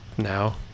now